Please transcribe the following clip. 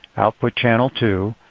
output channel two.